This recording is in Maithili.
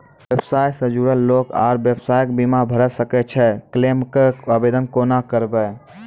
व्यवसाय सॅ जुड़ल लोक आर व्यवसायक बीमा भऽ सकैत छै? क्लेमक आवेदन कुना करवै?